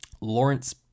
Lawrence